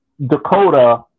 Dakota